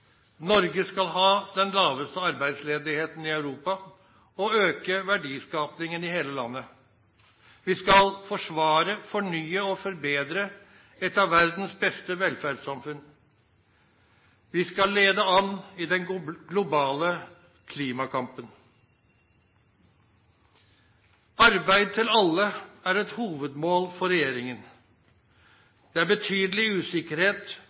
Norge skal ha den laveste arbeidsledigheten i Europa og øke verdiskapingen i hele landet, vi skal forsvare, fornye og forbedre et av verdens beste velferdssamfunn, vi skal lede an i den globale klimakampen. Arbeid til alle er et hovedmål for regjeringen. Det er betydelig usikkerhet